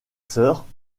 sœurs